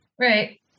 Right